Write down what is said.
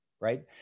right